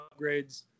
upgrades